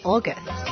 August